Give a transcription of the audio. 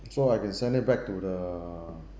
so can sent it back to the